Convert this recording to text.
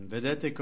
Vedete